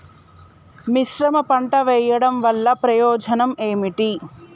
మిశ్రమ పంట వెయ్యడం వల్ల ప్రయోజనం ఏమిటి?